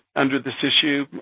under this issue,